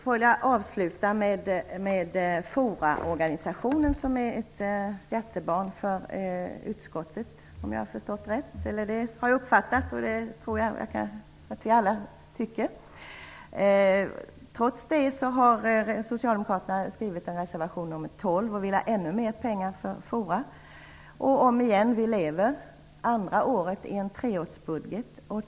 Jag vill avsluta med en kommentar om organisationer för forum för kvinnliga forskare, som är ett hjärtebarn för utskottet. Trots det har socialdemokraterna skrivit en reservation, reservation 12, och vill ha ännu mer pengar för forumorganisationer. Vi lever andra året i en treårsbudget.